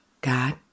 God